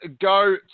go